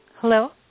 Hello